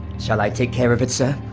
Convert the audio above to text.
shall i take care of it, sir?